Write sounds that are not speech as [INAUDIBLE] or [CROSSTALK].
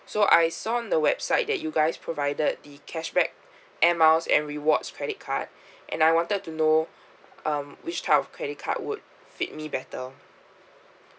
so I saw in the website that you guys provided the cashback air miles and rewards credit card [BREATH] and I wanted to know um which type of credit card would fit me better